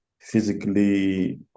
physically